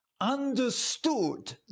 understood